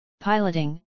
piloting